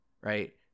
right